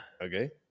Okay